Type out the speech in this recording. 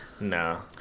No